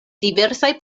diversaj